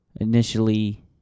initially